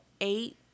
eight